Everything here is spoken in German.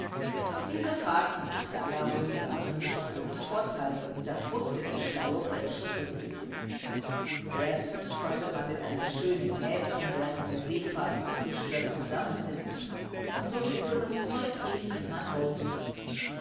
diese fahrten nach dalarö waren nicht ohne vorteile und das wußte der schlaue bursche wohl erstens konnte man mit einem schönen mädchen während der seefahrt ungestört zusammen sitzen und so viel dummes zeug reden wie man wollte